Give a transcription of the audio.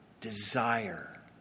desire